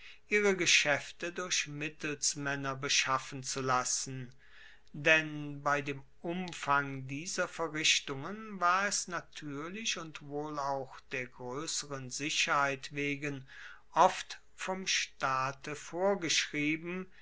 ihre geschaefte durch mittelsmaenner beschaffen zu lassen denn bei dem umfang dieser verrichtungen war es natuerlich und wohl auch der groesseren sicherheit wegen oft vom staate vorgeschrieben